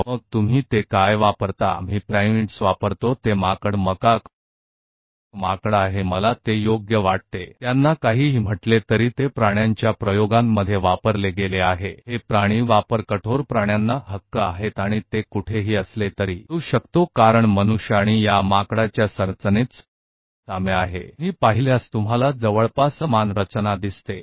तो आप इसका क्या उपयोग करते हैं हम प्राइमेट्स का उपयोग करते हैं यह बंदर मकाक बंदर है मुझे लगता है कि मैं इसका सही उच्चारण कर रहा हूं जो भी कहा जाता है पर उनका उपयोग जानवरों के प्रयोगों में किया गया है पुनर्विवाह ये जानवर के प्रयोग कठिन हैं जानवरों के अधिकार है और यह सब लेकिन जहाँ भी वे कर सकते हैं करते हैं क्योंकि मानव और इस बंदर की संरचना में समानता है यदि आप देखेंगे तो हाँ लगभग समान संरचना देखते हैं